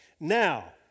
Now